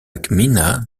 gmina